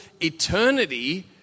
eternity